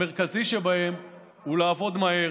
המרכזי שבהם הוא לעבוד מהר,